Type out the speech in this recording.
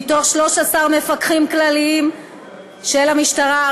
מתוך 13 מפקחים כלליים של המשטרה,